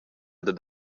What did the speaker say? dad